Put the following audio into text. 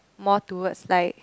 more towards like